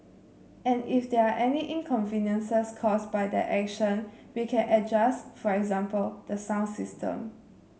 and if there are any inconveniences caused by that action we can adjust for example the sound system